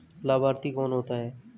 लाभार्थी कौन होता है?